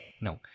No